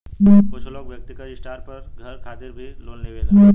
कुछ लोग व्यक्तिगत स्टार पर घर खातिर भी लोन लेवेलन